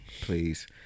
please